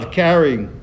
carrying